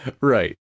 Right